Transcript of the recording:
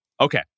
Okay